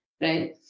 right